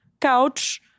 couch